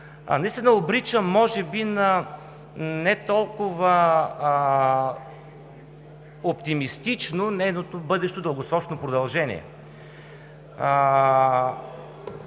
наистина обрича може би на нетолкова оптимистично нейното бъдещо дългосрочно продължение.